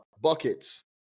buckets